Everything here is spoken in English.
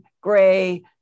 gray